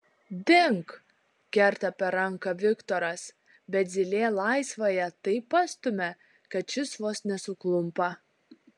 dink kerta per ranką viktoras bet zylė laisvąja taip pastumia kad šis vos nesuklumpa